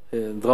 דרמטי,